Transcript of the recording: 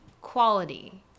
quality